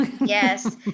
Yes